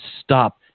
stop